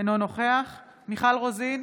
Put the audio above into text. אינו נוכח מיכל רוזין,